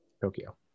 Tokyo